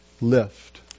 lift